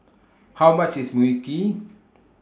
How much IS Mui Kee